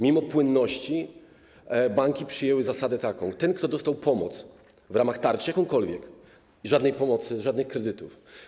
Mimo płynności banki przyjęły zasadę: ten, kto dostał pomoc w ramach tarczy, jakąkolwiek - żadnej pomocy, żadnych kredytów.